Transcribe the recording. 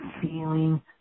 feeling